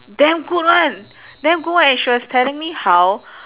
damn good [one] damn good [one] and she was telling me how